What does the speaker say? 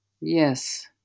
Yes